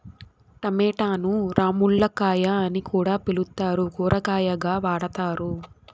టమోటాను రామ్ములక్కాయ అని కూడా పిలుత్తారు, కూరగాయగా వాడతారు